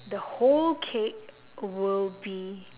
the whole cake will be